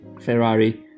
ferrari